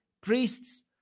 priests